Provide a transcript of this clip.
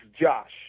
Josh